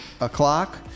o'clock